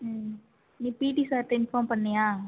ம் நீ பிடி சார்கிட்ட இன்ஃபார்ம் பண்ணியா